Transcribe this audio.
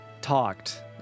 talked